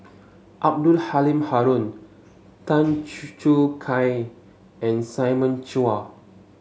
Abdul Halim Haron Tan Choo Kai and Simon Chua